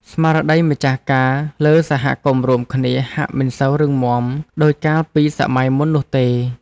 ស្មារតីម្ចាស់ការលើសហគមន៍រួមគ្នាហាក់មិនសូវរឹងមាំដូចកាលពីសម័យមុននោះទេ។